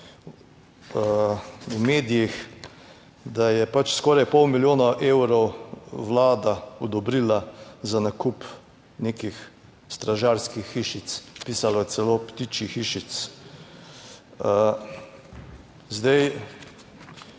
v medijih, da je skoraj pol milijona evrov Vlada odobrila za nakup nekih stražarskih hišic, pisalo je celo ptičjih hišic. Zdaj